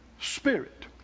spirit